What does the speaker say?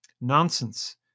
nonsense